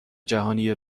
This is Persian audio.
جهانی